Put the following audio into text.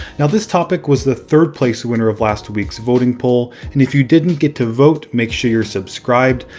now this topic was the third place winner of last week's voting poll, and if you didn't get to vote, make sure you're subscribed.